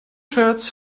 shirts